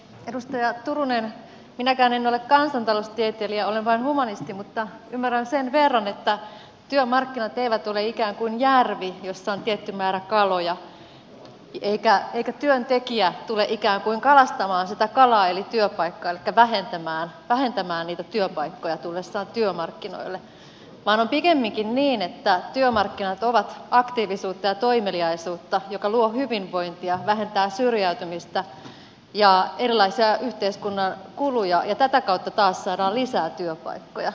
edustaja turunen minäkään en ole kansantaloustieteilijä olen vain humanisti mutta ymmärrän sen verran että työmarkkinat eivät ole ikään kuin järvi jossa on tietty määrä kaloja eikä työntekijä tule ikään kuin kalastamaan sitä kalaa eli työpaikkaa elikkä vähentämään niitä työpaikkoja tullessaan työmarkkinoille vaan on pikemminkin niin että työmarkkinat ovat aktiivisuutta ja toimeliaisuutta joka luo hyvinvointia vähentää syrjäytymistä ja erilaisia yhteiskunnan kuluja ja tätä kautta taas saadaan lisää työpaikkoja